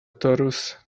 torus